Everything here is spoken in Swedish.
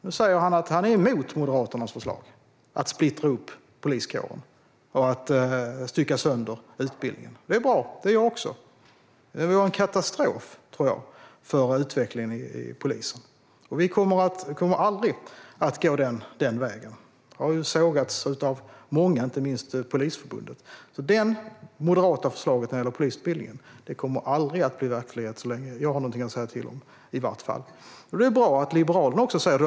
Nu säger han att han är emot Moderaternas förslag att splittra poliskåren och att stycka sönder utbildningen. Det är bra. Det är jag också. Jag tror att det vore en katastrof för utvecklingen i polisen. Vi kommer aldrig att gå den vägen. Det har sågats av många, och inte minst Polisförbundet. Det moderata förslaget när det gäller polisutbildningen kommer aldrig att bli verklighet, så länge jag har någonting att säga till om i vart fall. Det är bra att Liberalerna också säger det.